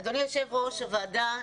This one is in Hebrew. אדוני יושב ראש הוועדה,